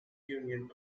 union